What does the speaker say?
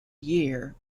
year